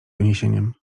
uniesieniem